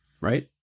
Right